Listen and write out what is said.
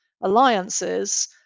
alliances